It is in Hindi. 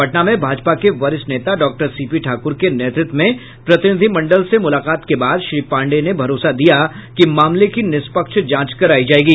पटना में भाजपा के वरिष्ठ नेता डॉक्टर सीपी ठाक्र के नेतृत्व में प्रतिनिधिमंडल से मुलाकात के बाद श्री पांडेय ने भरोसा दिया कि मामले की निष्पक्ष जांच करायी जायेगी